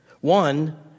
One